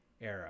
era